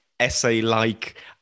essay-like